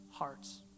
hearts